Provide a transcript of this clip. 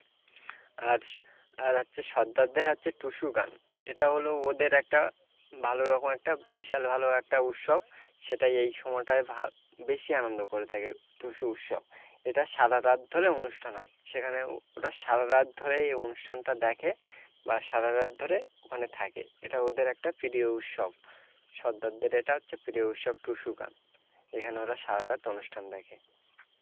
আর আর হচ্ছে সর্দারদের হচ্ছে টুসু গান এটা হলো ওদের একটা ভালো রকম একটা বিশাল ভালো একটা উৎসব সেটা এই সময়টায় ভা বেশি আনন্দ করে থাকে টুসু উৎসব এটা সারা রাত ধরে অনুষ্ঠান হয় সেখানে ওরা ওটা সারা রাত ধরে এই অনুষ্ঠানটা দেখে বা সারা রাত ধরে ওখানে থাকে এটা ওদের একটা প্রিয় উৎসব সর্দারদের এটা হচ্ছে প্রিয় উৎসব টুসু গান এখানে ওরা সারা রাত অনুষ্ঠান দেখে